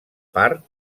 part